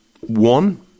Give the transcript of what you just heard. One